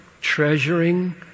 treasuring